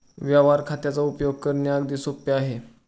व्यवहार खात्याचा उपयोग करणे अगदी सोपे आहे